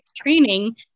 training